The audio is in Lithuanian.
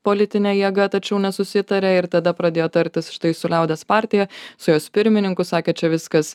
politine jėga tačiau nesusitaria ir tada pradėjo tartis štai su liaudies partija su jos pirmininku sakė čia viskas